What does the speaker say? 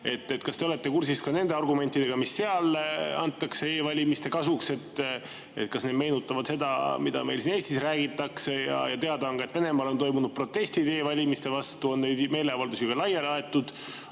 Kas te olete kursis ka nende argumentidega, mis seal esitatakse e‑valimiste kasuks? Kas need meenutavad seda, mida meil siin Eestis räägitakse? Teada on, et Venemaal on toimunud protestid e‑valimiste vastu, neid meeleavaldusi on ka laiali aetud,